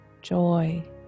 joy